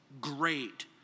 great